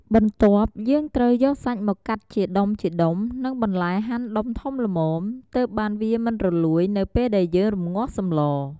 បន្ទាប់យើងត្រូវយកសាច់មកកាប់ជាដំុៗ និងបន្លែហាន់ដុំធំល្មម ទើបបានវាមិនរលួយនៅពេលដែលយើងរំងាស់សម្ល។